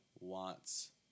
wants